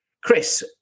Chris